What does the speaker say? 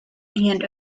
and